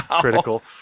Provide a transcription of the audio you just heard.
critical